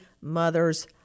mother's